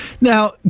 Now